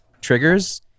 triggers